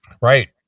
Right